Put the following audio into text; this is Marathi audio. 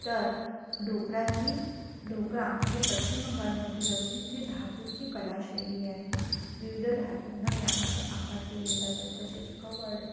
तर ढोकरा ही ढोकरा जी पश्चिम बंगालमधील असून जी धातूंची कलाशैली आहे विविध धातूंना यामध्ये आकार दिले जातात तसेच कावड